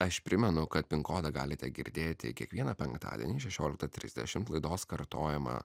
aš primenu kad pin kodą galite girdėti kiekvieną penktadienį šešiolika trisdešimt laidos kartojimą